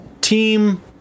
Team